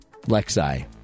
Lexi